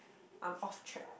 I'm off track